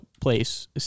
place